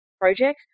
projects